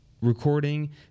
Recording